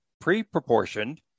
pre-proportioned